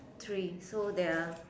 three so there are